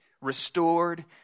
restored